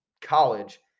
college